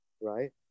right